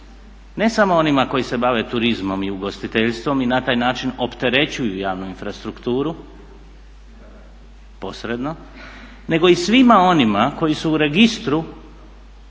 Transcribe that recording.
Ne samo onima koji se bave turizmom i ugostiteljstvom i na taj način opterećuju javnu infrastrukturu posredno nego i svima onima koji su u registru